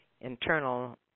internal